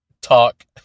talk